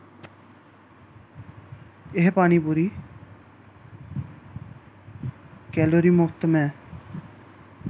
एह् पानी पूरी कैलोरी मुक्त में